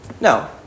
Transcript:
No